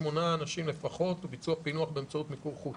לשמונה אנשים לפחות וביצוע פענוח באמצעות מיקור חוץ".